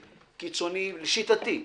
לשיטתי,